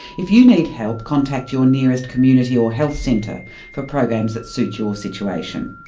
if you need help contact your nearest community or health centre for programs that suit your situation.